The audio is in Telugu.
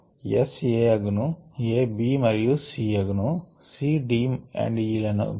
S A అగును A B మరియు C అగును C D E లగును